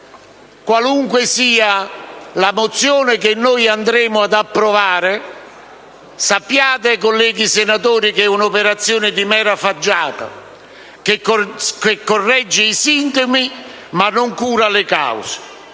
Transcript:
Qualunque sia la mozione che andremo ad approvare sappiate, colleghi senatori, che si tratta di un'operazione di mera facciata che corregge i sintomi, ma non cura le cause.